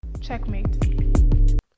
Checkmate